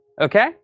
Okay